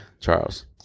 Charles